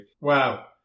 wow